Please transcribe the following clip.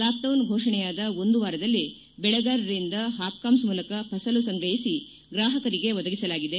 lockdown ಫೋಷಣೆಯಾದ ಒಂದು ವಾರದಲ್ಲೇ ಬೆಳೆಗಾರರಿಂದ ಹಾಪ್ಕಾಮ್ಸ್ ಮೂಲಕ ಫಸಲು ಸಂಗ್ರಹಿಸಿ ಗ್ರಾಹಕರಿಗೆ ಒದಗಿಸಲಾಗಿದೆ